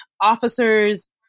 officers